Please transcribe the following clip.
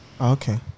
okay